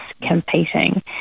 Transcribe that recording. competing